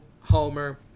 homer